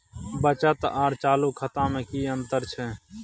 बचत आर चालू खाता में कि अतंर छै?